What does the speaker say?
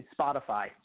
Spotify –